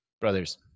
brothers